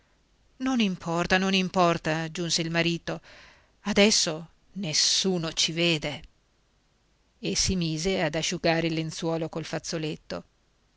non importa non importa aggiunse il marito adesso nessuno ci vede e si mise ad asciugare il lenzuolo col fazzoletto